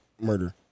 murder